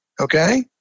okay